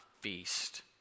feast